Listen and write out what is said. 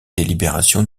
délibération